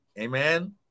Amen